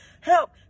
help